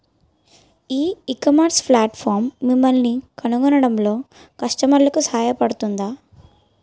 ఈ ecommerce platform మిమ్మల్ని కనుగొనడంలో కస్టమర్లకు సహాయపడుతుందా?